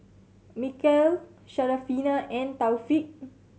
Mikhail Syarafina and Taufik